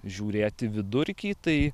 žiūrėti vidurkį tai